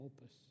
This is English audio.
Opus